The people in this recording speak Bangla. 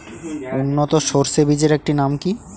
উন্নত সরষে বীজের একটি নাম কি?